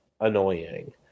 annoying